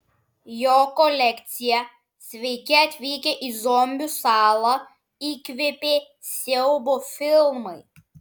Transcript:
jo kolekciją sveiki atvykę į zombių salą įkvėpė siaubo filmai